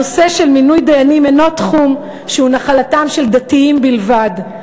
הנושא של מינוי דיינים אינו תחום שהוא נחלתם של דתיים בלבד.